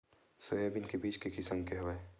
Soybean के बीज के किसम के हवय?